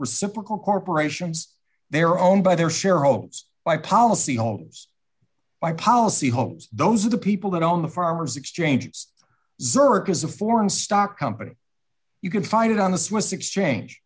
reciprocal corporations they're owned by their shareholders by policyholders by policy hold those are the people that own the farmers exchange zurich is a foreign stock company you can find it on the swiss exchange